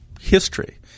history